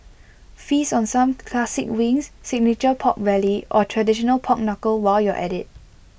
feast on some classic wings signature Pork Belly or traditional pork Knuckle while you're at IT